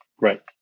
Right